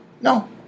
No